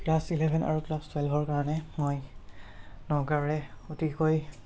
class eleven আৰু class টুৱেলভৰ কাৰণে মই নগাঁৱৰে অতিকৈ